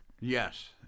Yes